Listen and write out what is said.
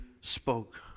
spoke